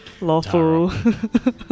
lawful